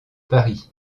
paris